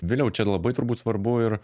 viliau čia labai turbūt svarbu ir